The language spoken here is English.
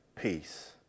peace